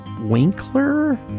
Winkler